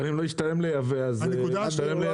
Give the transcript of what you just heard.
אבל אם לא ישתלם לייבא, אז ישתלם לייצר.